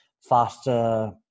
faster